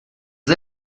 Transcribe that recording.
aux